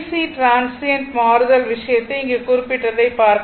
transient மாறுதல் விஷயத்தை இங்கு குறிப்பிட்டதைப் பார்க்கலாம்